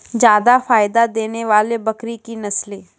जादा फायदा देने वाले बकरी की नसले?